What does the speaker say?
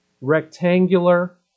rectangular